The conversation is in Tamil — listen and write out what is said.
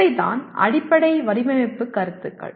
இவைதான் அடிப்படை வடிவமைப்பு கருத்துக்கள்